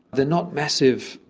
they are not massive,